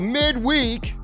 midweek